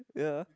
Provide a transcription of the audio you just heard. yeah